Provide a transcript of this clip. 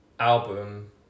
album